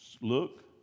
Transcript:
look